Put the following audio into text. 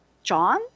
John